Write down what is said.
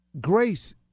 grace